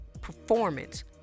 performance